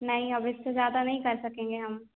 नहीं अब इससे ज़्यादा नहीं कर सकेंगे हम